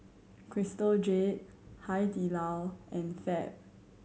Crystal Jade Hai Di Lao and Fab